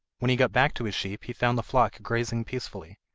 when he got back to his sheep he found the flock grazing peacefully,